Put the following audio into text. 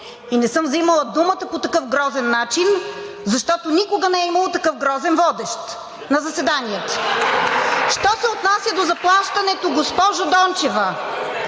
и не съм вземала думата по такъв грозен начин, защото никога не е имало такъв грозен водещ на заседанията. Що се отнася до заплащането, госпожо Дончева,